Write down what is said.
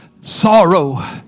sorrow